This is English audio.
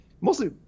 mostly